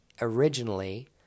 originally